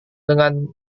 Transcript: dengan